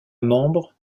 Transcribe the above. membre